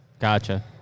Gotcha